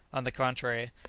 on the contrary,